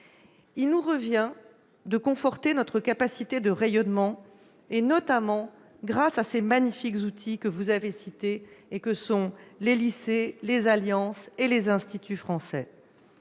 il nous revient de conforter notre capacité de rayonnement, notamment grâce à ces magnifiques outils, que vous avez cités, que sont les lycées, les alliances et les instituts français.